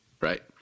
right